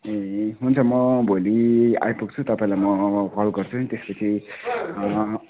ए हुन्छ म भोलि आइपुग्छु तपाईँलाई म कल गर्छु नि त्यसपछि